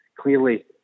Clearly